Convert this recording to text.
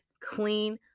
clean